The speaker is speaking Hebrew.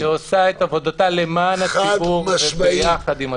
-- שעושה את עבודתה למען הציבור וביחד עם הציבור.